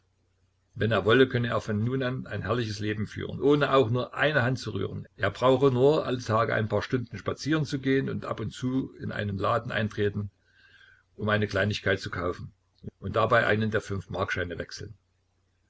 wenn er wolle könne er von nun an ein herrliches leben führen ohne auch nur eine hand zu rühren er brauche nur alle tage ein paar stunden spazieren zu gehen und ab und zu in einen laden eintreten um eine kleinigkeit zu kaufen und dabei einen der fünfmarkscheine wechseln